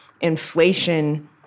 inflation